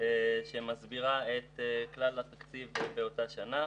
שמסבירה את כלל התקציב באותה שנה.